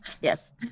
Yes